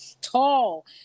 tall